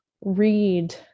read